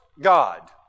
God